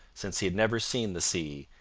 since he had never seen the sea,